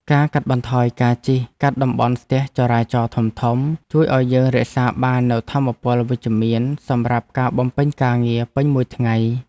ការកាត់បន្ថយការជិះកាត់តំបន់ស្ទះចរាចរណ៍ធំៗ ជួយឱ្យយើងរក្សាបាននូវថាមពលវិជ្ជមានសម្រាប់ការបំពេញការងារពេញមួយថ្ងៃ។